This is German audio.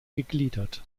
gegliedert